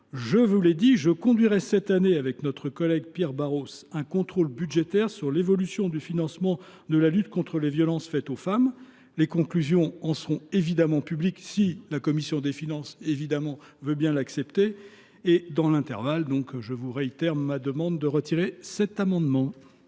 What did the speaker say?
je rappelle que je conduirai cette année, avec notre collègue Pierre Barros, un contrôle budgétaire sur l’évolution du financement de la lutte contre les violences faites aux femmes. Les conclusions de ces travaux seront évidemment publiques, si la commission des finances le veut bien. En attendant, je réitère ma demande de retrait de cet amendement.